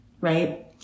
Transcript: right